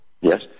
Yes